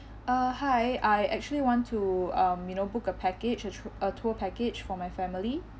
uh hi I actually want to um you know book a package ch~ ch~ a tour package for my family